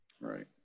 right